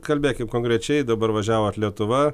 kalbėkim konkrečiai dabar važiavot lietuva